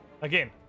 Again